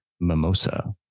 mimosa